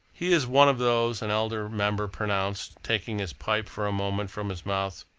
he is one of those, an elder member pronounced, taking his pipe for a moment from his mouth,